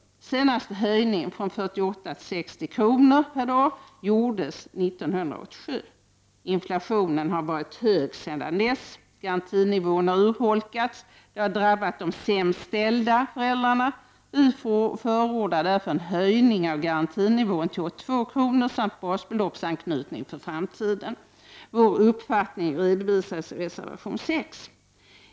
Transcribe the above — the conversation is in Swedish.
Den senaste höjningen — från 48 till 60 kr. per dag — gjordes 1987. Inflationen har varit hög sedan dess. Garantinivån har urholkats. Detta har drabbat de sämst ställda föräldrarna. Vi förordar därför en höjning av garantinivån till 82 kr. samt basbeloppsanknytning för framtiden. Vår uppfattning redovisas i reservation 7.